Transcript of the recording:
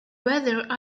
whether